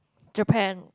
Japan